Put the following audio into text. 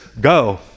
go